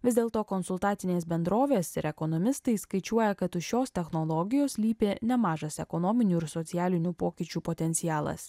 vis dėlto konsultacinės bendrovės ir ekonomistai skaičiuoja kad už šios technologijos slypi nemažas ekonominių ir socialinių pokyčių potencialas